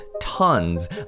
tons